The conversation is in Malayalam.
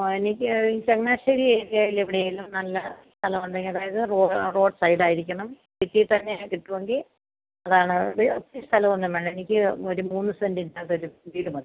ആ എനിക്ക് ഈ ചങ്ങനാശ്ശേരി ഏരിയയിൽ എവിടെയെങ്കിലും നല്ല സ്ഥലമുണ്ടെങ്കിൽ അതായത് റോഡ്സൈഡ് ആയിരിക്കണം സിറ്റീ തന്നെ കിട്ടുമെങ്കിൽ അതാണത് ഒത്തിരി സ്ഥലം ഒന്നും വേണ്ട എനിക്ക് ഒരു മൂന്ന് സെൻറ്റിൻ്റെ അകത്ത് ഒരു വീട് മതി